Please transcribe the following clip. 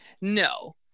No